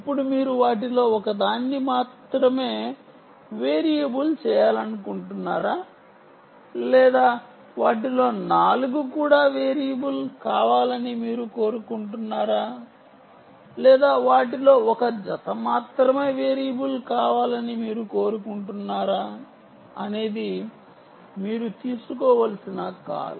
ఇప్పుడు మీరు వాటిలో ఒకదాన్ని మాత్రమే వేరియబుల్ చేయాలనుకుంటున్నారా లేదా వాటిలో 4 కూడా వేరియబుల్ కావాలని మీరు కోరుకుంటున్నారా లేదా వాటిలో ఒక జత మాత్రమే వేరియబుల్ కావాలని మీరు కోరుకుంటున్నారా అనేది మీరు తీసుకోవలసిన కాల్